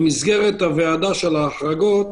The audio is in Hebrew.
במסגרת הוועדה של ההחרגות